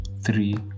three